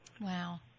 Wow